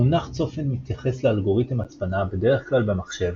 המונח צופן מתייחס לאלגוריתם הצפנה בדרך כלל במחשב,